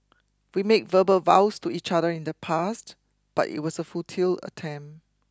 we made verbal vows to each other in the past but it was a futile attempt